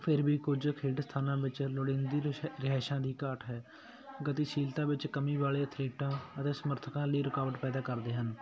ਫਿਰ ਵੀ ਕੁਝ ਖੇਡ ਸਥਾਨਾਂ ਵਿੱਚ ਲੋੜੀਂਦੀ ਰਿਸ਼ ਰਿਹਾਇਸ਼ਾ ਦੀ ਘਾਟ ਹੈ ਗਤੀਸ਼ੀਲਤਾ ਵਿੱਚ ਕਮੀ ਵਾਲੇ ਅਥਲੀਟਾਂ ਅਤੇ ਸਮਰਥਕਾਂ ਲਈ ਰੁਕਾਵਟ ਪੈਦਾ ਕਰਦੇ ਹਨ